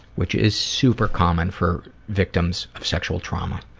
which is super common for victims of sexual trauma.